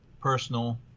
personal